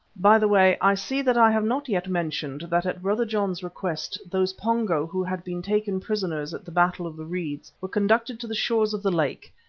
by the way, i see that i have not yet mentioned that at brother john's request those pongos who had been taken prisoners at the battle of the reeds were conducted to the shores of the lake,